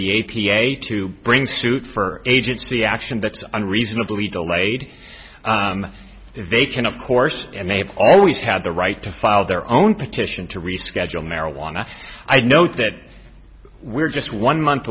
the a p a to bring suit for agency action that's on reasonably delayed they can of course and they always have the right to file their own petition to reschedule marijuana i note that we're just one month